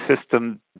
system